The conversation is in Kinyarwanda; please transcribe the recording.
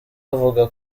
avuga